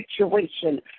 situation